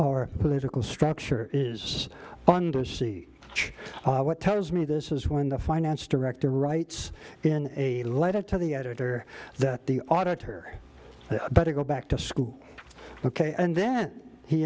our political structure is under see which tells me this is when the finance director writes in a letter to the editor that the auditor better go back to school ok and then he